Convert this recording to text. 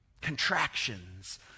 contractions